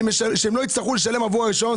שלא יצטרכו לחייב עבור הרשיון.